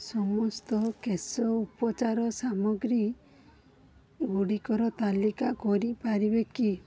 ସମସ୍ତ କେଶ ଉପଚାର ସାମଗ୍ରୀ ଗୁଡ଼ିକର ତାଲିକା କରିପାରିବେ କି